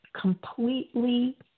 completely